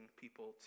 people